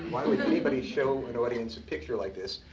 why would anybody show an audience a picture like this?